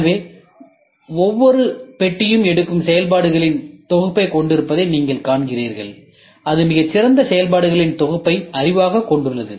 எனவே ஒவ்வொரு பெட்டியும் எடுக்கும் செயல்பாடுகளின் தொகுப்பைக் கொண்டிருப்பதை நீங்கள் காண்கிறீர்கள் அது மிகச் சிறந்த செயல்பாடுகளின் தொகுப்பை அறிவாகக் கொண்டுள்ளது